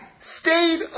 stayed